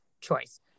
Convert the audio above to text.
choice